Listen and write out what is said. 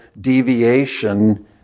deviation